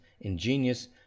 ingenious